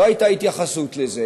לא הייתה התייחסות לזה.